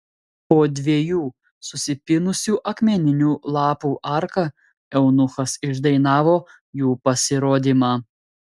po dviejų susipynusių akmeninių lapų arka eunuchas išdainavo jų pasirodymą